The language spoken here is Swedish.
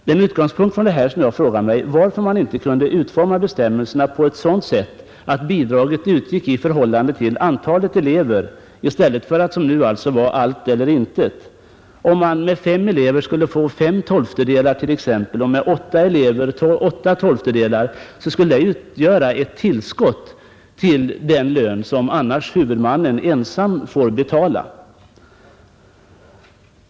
Det är med utgångspunkt i detta som jag frågar varför man inte kan utforma bestämmelserna på ett sådant sätt att bidraget utgår i förhållande till antalet elever i stället för att som nu vara ”allt eller intet”. Om man med fem elever skulle få 5 12 skulle 33 det utgöra ett tillskott till den lön som annars huvudmannen ensam får betala.